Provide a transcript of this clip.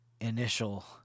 initial